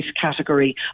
category